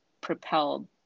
propelled